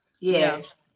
Yes